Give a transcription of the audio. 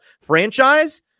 franchise